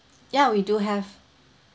yeah we do have